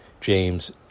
James